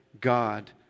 God